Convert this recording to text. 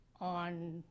on